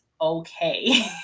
okay